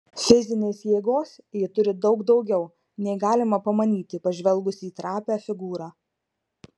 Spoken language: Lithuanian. fizinės jėgos ji turi daug daugiau nei galima pamanyti pažvelgus į trapią figūrą